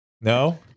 No